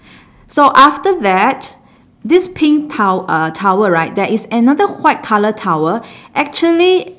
so after that this pink tow~ uh towel right there is another white colour towel actually